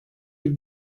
bir